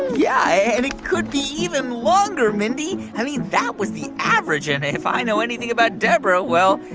yeah. and it could be even longer, mindy. i mean, that was the average. and if i know anything about deborah, well,